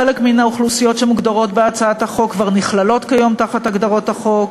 חלק מן האוכלוסיות שמוגדרות בהצעת החוק כבר נכללות כיום בהגדרות החוק: